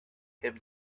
him